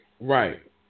Right